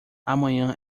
amanhã